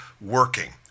working